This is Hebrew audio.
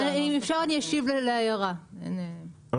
לא